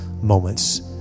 moments